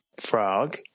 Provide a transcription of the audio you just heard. frog